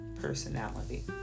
personality